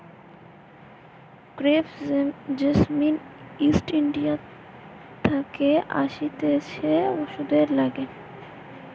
crepe jasmine East India থাকে আসতিছে ওষুধে লাগে